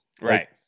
right